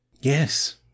Yes